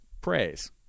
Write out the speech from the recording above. praise